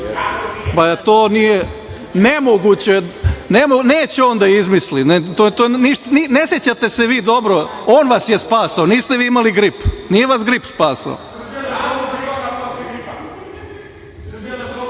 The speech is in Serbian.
tako? Nemoguće. Neće on da izmisli. Ne sećate se vi dobro, on vas je spasio, niste vi imali grip. Nije vas grip spasao.U